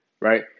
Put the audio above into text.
Right